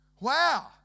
Wow